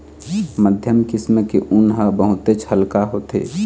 मध्यम किसम के ऊन ह बहुतेच हल्का होथे